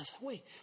wait